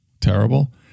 Terrible